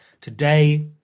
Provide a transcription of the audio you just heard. Today